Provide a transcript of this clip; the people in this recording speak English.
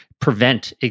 Prevent